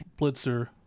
blitzer